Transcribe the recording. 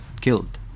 killed